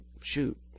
Shoot